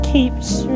Keeps